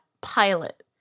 pilot